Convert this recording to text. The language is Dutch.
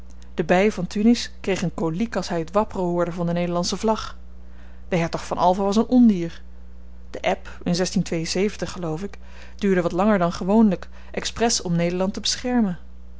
de bey van tunis kreeg een kolyk als hy het wapperen hoorde van de nederlandsche vlag de hertog van alva was een ondier de eb in geloof ik duurde wat langer dan gewoonlyk expres om nederland te beschermen